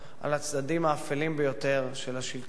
על הצדדים האפלים ביותר של השלטון.